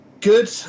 good